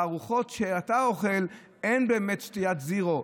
בארוחות שאתה אוכל אין באמת שתיית זירו.